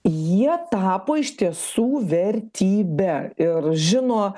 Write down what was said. jie tapo iš tiesų vertybe ir žino